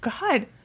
God